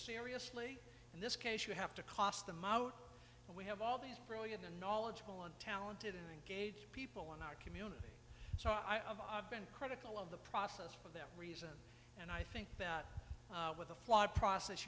seriously in this case you have to cost them out and we have all these brilliant and knowledgeable and talented and gauge people in our community so i've been critical of the process for them and i think that with a flawed process